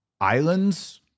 islands